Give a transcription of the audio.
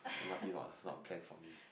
M_R_T not not planned for me